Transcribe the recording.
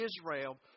Israel